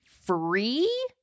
free